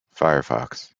firefox